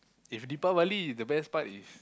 if Deepavali is the best part is